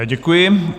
Děkuji.